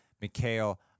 mikhail